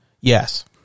Yes